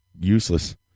useless